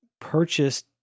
purchased